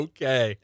Okay